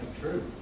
true